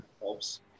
helps